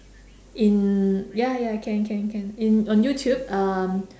in ya ya can can can in on youtube um